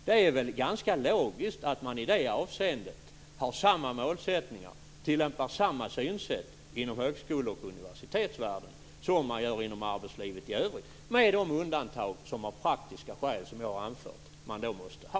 Det är väl ganska logiskt att man i det avseendet har samma mål, tillämpar samma synsätt, inom högskole och universitetsvärlden som inom arbetslivet i övrigt, med de undantag som man av praktiska skäl måste ha.